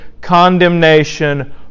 condemnation